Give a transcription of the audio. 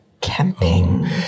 camping